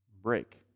break